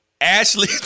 Ashley